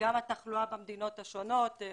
גם התחלואה במדינות השונות.